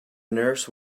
nurse